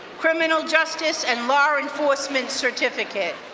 criminal justice and law enforcement certificate.